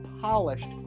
polished